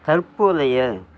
தற்போதைய